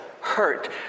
hurt